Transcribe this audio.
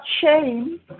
shame